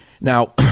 Now